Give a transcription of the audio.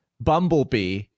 Bumblebee